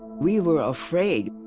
we were afraid.